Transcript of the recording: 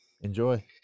enjoy